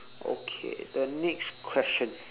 okay the next question